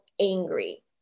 angry